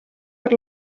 per